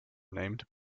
named